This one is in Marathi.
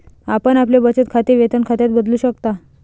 आपण आपले बचत खाते वेतन खात्यात बदलू शकता